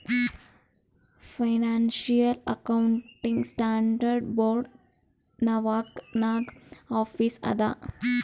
financial accounting standard board Norwalk ನಾಗ್ office ಅದಾ